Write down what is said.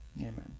Amen